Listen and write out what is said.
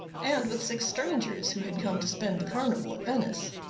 and with six strangers who had come to spend the carnival at venice.